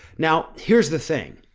now here's the thing.